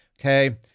Okay